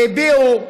והביעו,